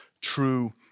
true